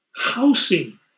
housing